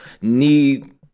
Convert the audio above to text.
need